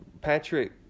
Patrick